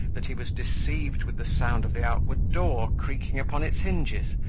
that he was deceived with the sound of the outward door creaking upon its hinges,